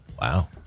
Wow